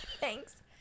Thanks